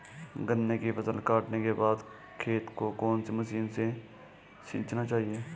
गन्ने की फसल काटने के बाद खेत को कौन सी मशीन से सींचना चाहिये?